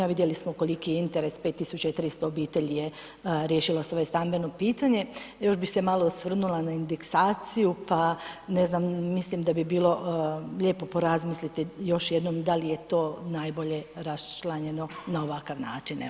Vidjeli smo koliki je interes, 5300 obitelji je riješilo svoje stambeno pitanje, još bi se malo svrnula na indeksaciju pa ne znam, mislim da bi bilo lijepo porazmisliti još jednom da li je to najbolje raščlanjeno na ovakav način evo, hvala lijepa.